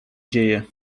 dzieje